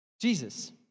Jesus